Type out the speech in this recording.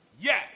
Yes